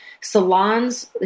salons